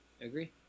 Agree